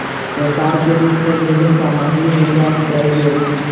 व्यापार के रूप मे भोजन सामग्री निर्यात कयल गेल